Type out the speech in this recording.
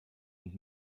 und